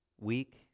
weak